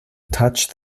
touched